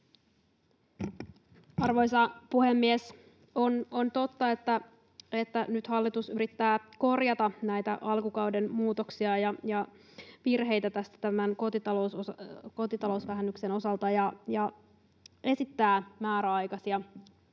Arvoisa puhemies! On totta, että nyt hallitus yrittää korjata näitä alkukauden muutoksia ja virheitä tämän kotitalousvähennyksen osalta ja esittää määräaikaisia korotuksia.